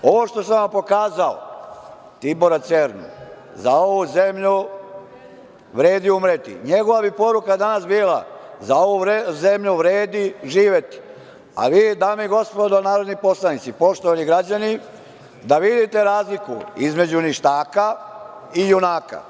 Ovo što sam vam pokazao, Tibora Cernu, „Za ovu zemlju vredi umreti“, njegova bi poruka danas bila: „Za ovu zemlju vredi živeti“, a vi, dame i gospodo, narodni poslanici, poštovani građani, da vidite razliku između ništaka i junaka.